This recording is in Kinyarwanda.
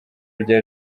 rya